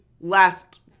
last